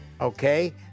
Okay